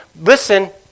Listen